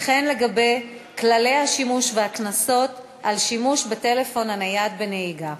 וכן לגבי כללי השימוש והקנסות על שימוש בטלפון הנייד בנהיגה.